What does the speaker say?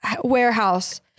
warehouse